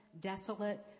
desolate